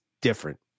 different